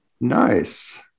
Nice